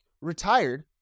retired